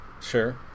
Sure